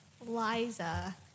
Liza